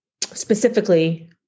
specifically